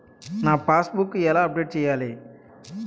నా passbook ఎలా update చేయాలి?